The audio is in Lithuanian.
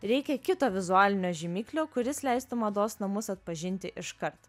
reikia kito vizualinio žymiklio kuris leistų mados namus atpažinti iškart